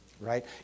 Right